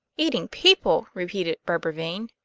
eating people! repeated barbara vane.